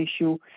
issue